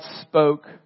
spoke